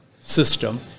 system